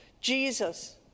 Jesus